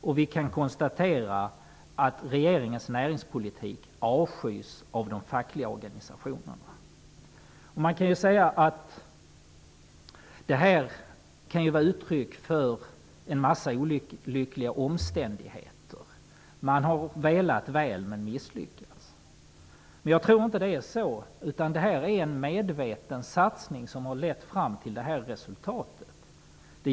Vi kan vidare konstatera att regeringens näringspolitik avskys av de fackliga organisationerna. Det här skulle ju kunna vara uttryck för en mängd olyckliga omständigheter; man har velat väl men misslyckats. Men jag tror inte att det är så. Jag tror att det är en medveten satsning som har lett till det här resultatet.